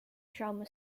drama